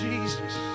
Jesus